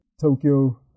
Tokyo